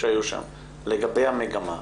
שהיו שם לגבי המגמה,